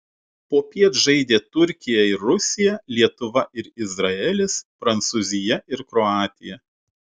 popiet žaidė turkija ir rusija lietuva ir izraelis prancūzija ir kroatija